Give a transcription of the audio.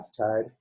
peptide